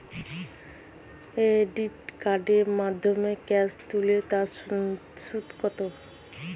Credit কার্ডের মাধ্যমে cash তুলে তার সুদ কত?